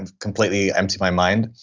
and completely empty my mind,